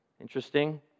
Interesting